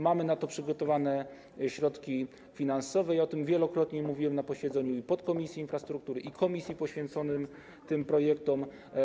Mamy na to przygotowane środki finansowe i wielokrotnie o tym mówiłem i na posiedzeniach podkomisji infrastruktury, i komisji poświęconych tym projektom.